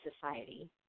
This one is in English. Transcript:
society